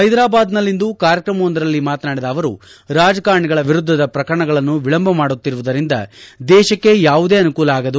ಹೈದರಾಬಾದ್ನಲ್ಲಿಂದು ಕಾರ್ಯಕ್ರಮವೊಂದರಲ್ಲಿ ಮಾತನಾಡಿದ ಅವರು ರಾಜಕಾರಣಿಗಳ ವಿರುದ್ಧದ ಪ್ರಕರಣಗಳನ್ನು ವಿಳಂಬ ಮಾಡುವುದರಿಂದ ದೇಶಕ್ಕೆ ಯಾವುದೇ ಅನುಕೂಲ ಆಗದು